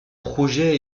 projet